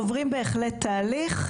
עוברים בהחלט תהליך,